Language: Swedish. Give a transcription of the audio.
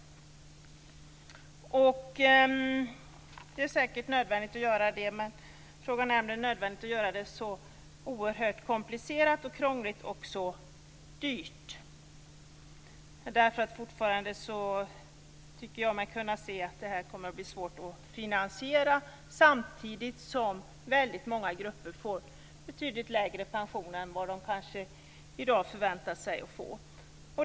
Det är säkert nödvändigt att göra det, men frågan är om det är nödvändigt att göra det så oerhört komplicerat och krångligt och så dyrt. Fortfarande tycker jag mig kunna se att det blir svårt att finansiera, samtidigt som väldigt många grupper får betydligt lägre pension än de i dag förväntar sig att få.